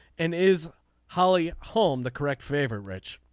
and is holly home the correct favorite rich.